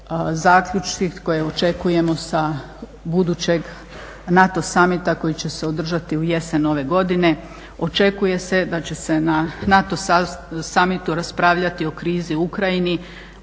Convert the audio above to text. zaključci koje očekujemo sa budućeg NATO samita koji će se održati u jesen ove godine. Očekuje se da će se na NATO samitu raspravljati o krizi u Ukrajini,